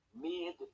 mid